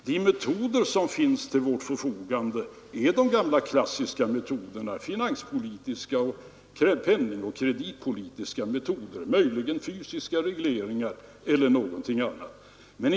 De metoder som finns till vårt förfogande, är de gamla klassiska metoderna, de finanspolitiska, penningoch kreditpolitiska metoderna, möjligen fysiska regleringar eller någonting annat som vi brukar praktisera.